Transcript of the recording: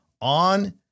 On